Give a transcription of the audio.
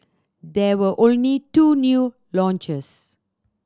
there were only two new launches